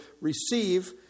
receive